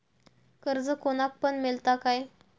कर्ज कोणाक पण मेलता काय?